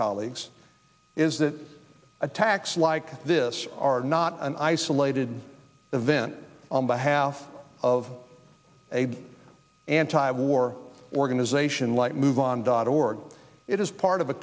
colleagues is that attacks like this are not an isolated event on behalf of a anti war organization like move on dot org it is part of a